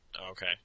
Okay